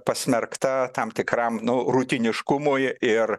pasmerkta tam tikram nu rutiniškumui ir